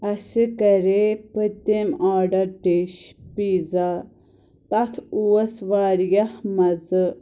اسہِ کَرے پٔتِم آرڈر ٹیسٹ پیٖزا تَتھ اوس واریاہ مَزٕ